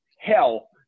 hell